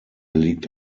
liegt